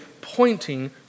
pointing